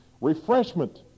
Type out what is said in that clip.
refreshment